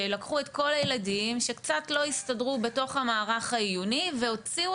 שלקחו את כל הילדים שקצת לא הסתדרו בתוך המערך העיוני והוציאו